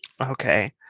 Okay